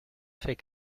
fait